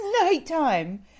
nighttime